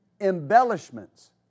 Embellishments